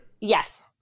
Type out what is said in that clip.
Yes